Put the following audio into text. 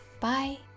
Bye